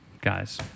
Guys